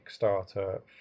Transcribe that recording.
Kickstarter